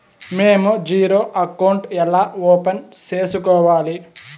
మేము zero account ఎలా open సేసుకోవాలి